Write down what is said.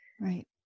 Right